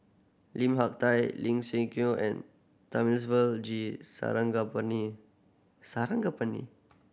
Lim Hak Tai Ling Siew and Thamizhavel G Sarangapani Sarangapani